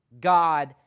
God